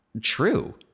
true